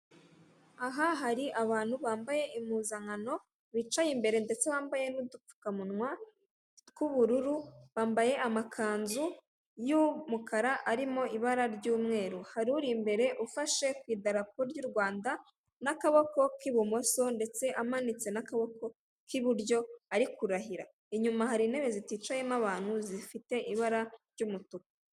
Aha hari abantu bambaye impuzankano, bicaye imbere, ndetse bambaye n'udupfukamunwa tw'ubururu, bambaye amakanzu y'umukara arimo ibara ry'umweru. Hari uri imbere, ufashe ku idarapo ry'u Rwanda n'akaboko k'ibumoso, ndetse amanitse n'akaboko k'iburyo, ari kurahira. Inyuma hari intebe ziticayemo abantu, zifite ibara ry'umutuku.